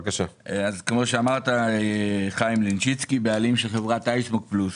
כמו שאמרת, אני בעלים של חברת אייסמוק פלוס,